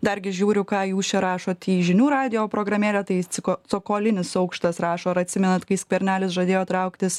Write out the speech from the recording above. dargi žiūriu ką jūs čia rašot į žinių radijo programėlę tai ciko cokolinis aukštas rašo ar atsimenat kai skvernelis žadėjo trauktis